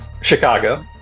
Chicago